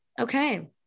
Okay